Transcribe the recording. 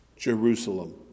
Jerusalem